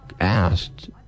Asked